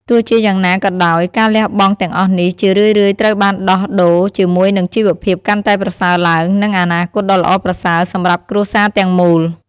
ទោះជាយ៉ាងណាក៏ដោយ ការលះបង់ទាំងអស់នេះជារឿយៗត្រូវបានដោះដូរជាមួយនឹងជីវភាពកាន់តែប្រសើរឡើង និងអនាគតដ៏ល្អប្រសើរសម្រាប់គ្រួសារទាំងមូល។